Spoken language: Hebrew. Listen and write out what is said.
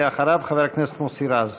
אחריו, חבר הכנסת מוסי רז.